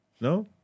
No